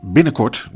Binnenkort